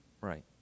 Right